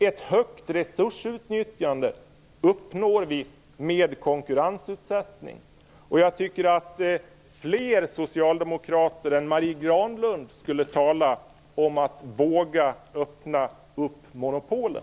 Ett högt resursutnyttjande uppnår vi genom konkurrensutsättning. Jag tycker att fler socialdemokrater än Marie Granlund kunde tala om att våga öppna monopolen.